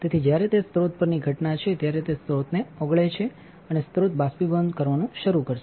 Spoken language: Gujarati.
તેથી જ્યારે તે સ્રોત પરની ઘટના છે ત્યારે તે સ્રોતને ઓગળે છે અને સ્રોત બાષ્પીભવન કરવાનું શરૂ કરશે